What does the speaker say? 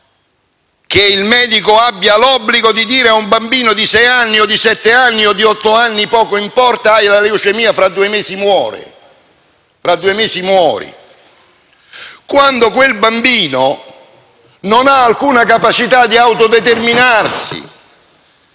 che il medico abbia l'obbligo di dire ad un bambino di sei, sette o otto anni, poco importa, che ha la leucemia e che di lì a due mesi morirà? Quando quel bambino non ha alcuna capacità di autodeterminarsi